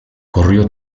corrió